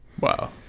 wow